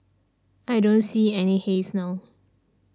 I don't see any haze now